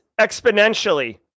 exponentially